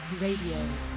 Radio